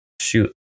shoot